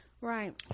right